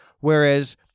Whereas